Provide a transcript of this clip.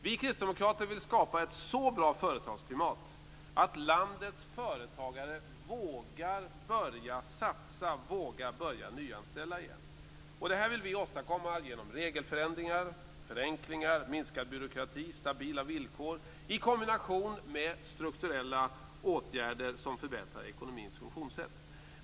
Vi kristdemokrater vill skapa ett så bra företagsklimat att landets företagare vågar börja satsa och vågar börja nyanställa igen. Det här vill vi åstadkomma genom regelförändringar, förenklingar, minskad byråkrati och stabila villkor i kombination med strukturella åtgärder som förbättrar ekonomins funktionssätt.